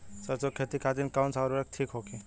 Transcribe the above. सरसो के खेती खातीन कवन सा उर्वरक थिक होखी?